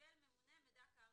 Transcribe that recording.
"קיבל הממונה מידע כאמור,